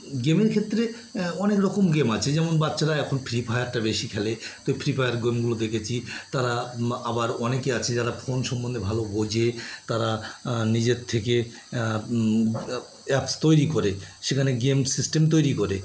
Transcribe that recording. গেমের ক্ষেত্রে অনেক রকম গেম আছে যেমন বাচ্চারা এখন ফ্রি ফায়ারটা বেশি খেলে তো ফ্রি ফায়ার গেমগুলো দেখেছি তারা আবার অনেকে আছে যারা ফোন সম্বন্ধে ভালো বোঝে তারা নিজের থেকে অ্যাপস তৈরি করে সেখানে গেম সিস্টেম তৈরি করে